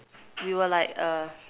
we were like err